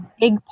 big